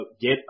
get